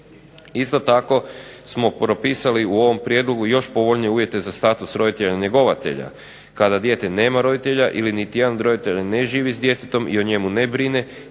Isto tako smo propisali u ovom prijedlogu još povoljnije uvjete za status roditelja njegovatelja. Kada dijete nema roditelja ili niti jedan roditelj ne živi s djetetom i o njemu ne brine